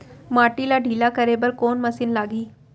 माटी ला ढिल्ला करे बर कोन मशीन लागही?